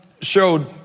showed